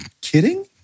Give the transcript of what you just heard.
kidding